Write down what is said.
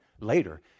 later